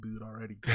already